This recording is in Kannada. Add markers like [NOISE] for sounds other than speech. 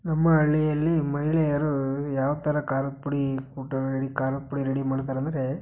ನಮ್ಮ ಹಳ್ಳಿಯಲ್ಲಿ ಮಹಿಳೆಯರು ಯಾವ ಥರ ಖಾರದ ಪುಡಿ [UNINTELLIGIBLE] ಖಾರದ ಪುಡಿ ರೆಡಿ ಮಾಡ್ತಾರಂದರೆ